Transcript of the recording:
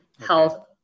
health